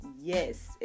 Yes